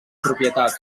propietats